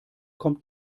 kommt